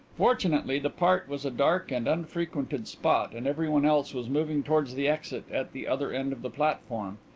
fortunately the part was a dark and unfrequented spot and everyone else was moving towards the exit at the other end of the platform.